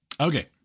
Okay